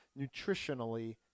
nutritionally